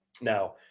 now